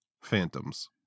Phantoms